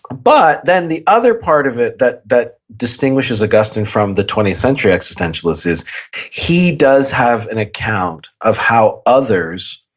ah but then the other part of it that that distinguishes saint augustine from the twentieth century existentialist is he does have an account of how others